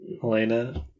Helena